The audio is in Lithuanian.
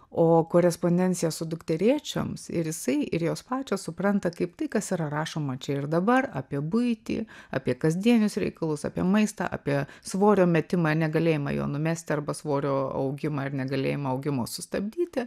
o korespondencija su dukterėčioms ir jisai ir jos pačios supranta kaip tai kas yra rašoma čia ir dabar apie buitį apie kasdienius reikalus apie maistą apie svorio metimą negalėjimą jo numesti arba svorio augimą ir negalėjimą augimo sustabdyti